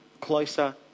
closer